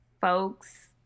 folks